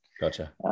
gotcha